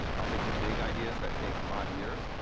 i'll take the big ideas that take five years,